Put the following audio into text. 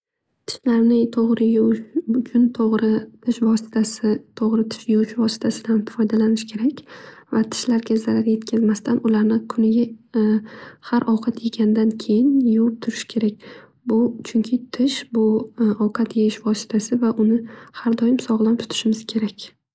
Tishlarni to'g'ri yuvish uchun to'g'ri tish vositasidan foydalanish kerak va tishlarga zarar yetkazmasdan ularni kuniga har ovqat yegandan keyin yuvib turish kerak bu. Chunki tish bu ovqat yeyish vositasi va uni har doim sog'lom tutishimiz kerak.